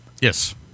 Yes